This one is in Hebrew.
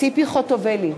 ציפי חוטובלי,